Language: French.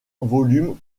volumes